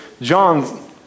John